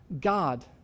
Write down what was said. God